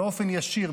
באופן ישיר,